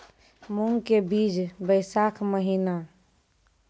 मूंग के बीज बैशाख महीना